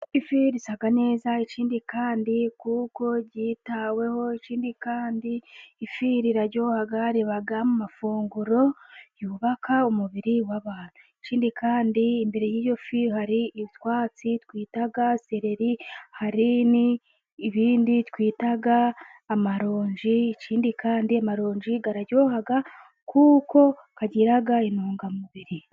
Ifi isa neza, ikindi kandi kuko yitaweho, ikindi kandi ifi iraryoha iba mu mafunguro yubaka umubiri w'abantu. Ikindi kandi imbere y'iyo fi hari utwatsi twita sereri, hari n' ibindi twita amaronji. Ikindi kandi amaronji araryoha kuko agira intungamubiri.